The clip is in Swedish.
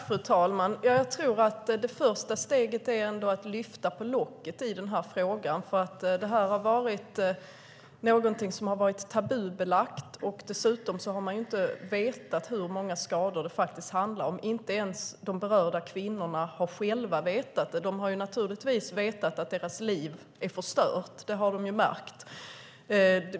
Fru talman! Jag tror att det första steget ändå är att lyfta på locket i den här frågan. Det har varit tabubelagt, och dessutom har man inte vetat hur många skador det faktiskt handlar om, inte ens de berörda kvinnorna har själva vetat det. De har naturligtvis vetat att deras liv är förstört, det har de ju märkt.